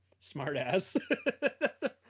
smartass